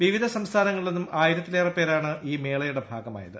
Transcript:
വിവിധ സംസ്ഥാനങ്ങളിൽ നിന്നും ആയിരത്തിലേറെപ്പേരാണ് ഈ മേളയുടെ ഭാഗമായത്